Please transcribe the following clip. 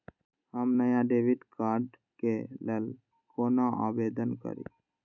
हम नया debit card के लल कौना आवेदन करि?